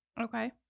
Okay